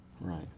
right